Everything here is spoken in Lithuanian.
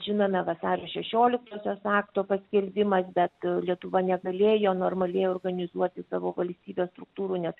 žinome vasario šešioliktosios akto paskelbimas bet lietuva negalėjo normaliai organizuoti savo valstybės struktūrų nes